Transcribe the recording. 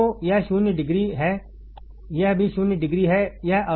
तो यह शून्य डिग्री है यह भी शून्य डिग्री है